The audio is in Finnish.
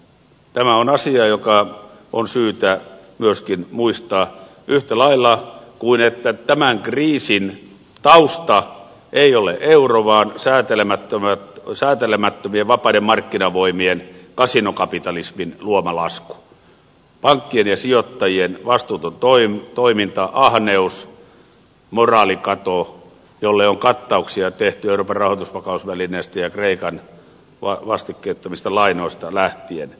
tämä on asia joka on syytä myöskin muistaa yhtä lailla kuin että tämän kriisin tausta ei ole euro vaan säätelemättömien vapaiden markkinavoimien kasinokapitalismin luoma lasku pankkien ja sijoittajien vastuuton toiminta ahneus moraalikato jolle on kattauksia tehty euroopan rahoitusvakausvälineestä ja kreikan vastikkeettomista lainoista lähtien